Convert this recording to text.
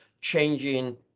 changing